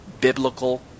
biblical